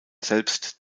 selbst